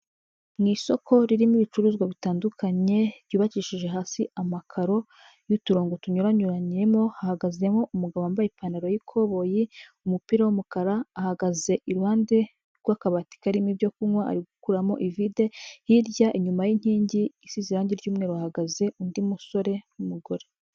Mu isoko ririmo ibicuruzwa bitandukanye ryubakishije hasi amakaro y'uturongo tunyuranyuranyemo, hahagazemo umugabo wambaye ipantaro y'ikoboyi, umupira w'umukara. Ahagaze iruhande rw'akabati karimo ibyo kunywa, arigukuramo ivide. Hirya inyuma y'inkingi isize irangi ry'umweru hahagaze undi musore n'umugore.